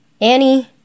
Annie